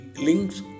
links